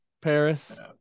Paris